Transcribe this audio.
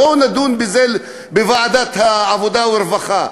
בואו נדון בזה בוועדת העבודה והרווחה.